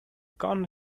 corner